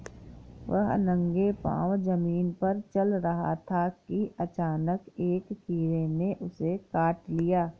वह नंगे पांव जमीन पर चल रहा था कि अचानक एक कीड़े ने उसे काट लिया